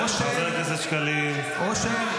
אושר.